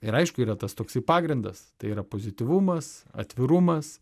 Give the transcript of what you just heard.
ir aišku yra tas toksai pagrindas tai yra pozityvumas atvirumas